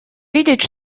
видеть